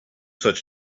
such